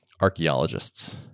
archaeologists